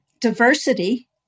diversity